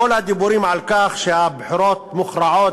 כל הדיבורים על כך שהבחירות מוכרעות